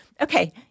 okay